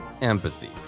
empathy